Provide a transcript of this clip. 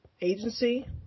agency